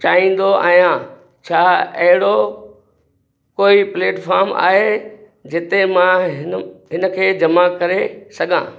चाहींदो आहियां छा अहिड़ो कोई प्लेटफॉर्म आहे जिते मां हिन हिन खे जमा करे सघां